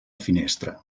finestra